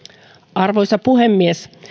arvoisa puhemies